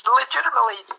legitimately